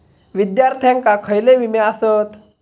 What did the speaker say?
विद्यार्थ्यांका खयले विमे आसत?